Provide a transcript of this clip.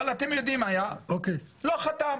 אבל אתם יודעים מה היה, לא חתם.